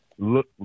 Look